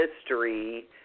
history